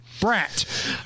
brat